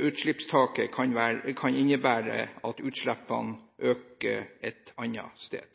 utslippstaket, kan innebære at utslippene øker et annet sted.